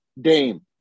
Dame